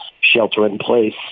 shelter-in-place